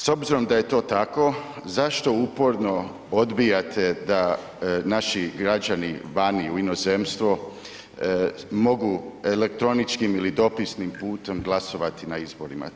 S obzirom da je to tako, zašto uporno odbijate da naši građani vani u inozemstvu mogu elektroničkim ili dopisnim putem glasovati na izborima?